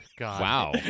Wow